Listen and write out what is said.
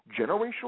generational